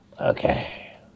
Okay